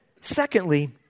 Secondly